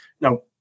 Now